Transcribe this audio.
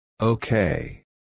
Okay